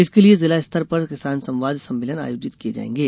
इसके लिये जिला स्तर पर किसान संवाद सम्मेलन आयोजित किये जायेंगे